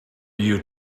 you